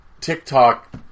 TikTok